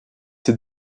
ses